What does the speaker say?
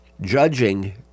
judging